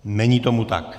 Není tomu tak.